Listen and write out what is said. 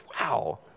Wow